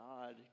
God